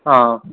ആ